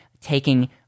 taking